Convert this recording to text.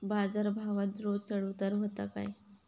बाजार भावात रोज चढउतार व्हता काय?